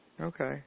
Okay